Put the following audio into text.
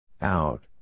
Out